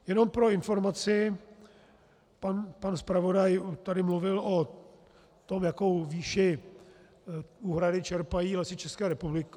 Jenom pro informaci, pan zpravodaj tady mluvil o tom, jakou výši úhrady čerpají Lesy České republiky.